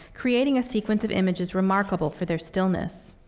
creating a sequence of images remarkable for their stillness.